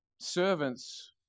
servants